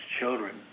children